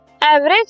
Average